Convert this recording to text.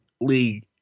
league